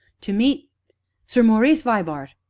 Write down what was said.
to meet sir maurice vibart.